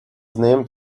named